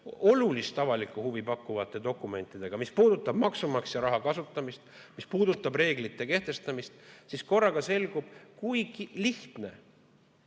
olulist avalikku huvi pakkuvate dokumentidega, mis puudutab maksumaksja raha kasutamist, mis puudutab reeglite kehtestamist, siis korraga selgub, kui lihtne